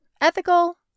ethical